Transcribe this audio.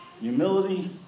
Humility